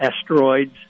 asteroids